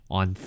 on